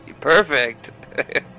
Perfect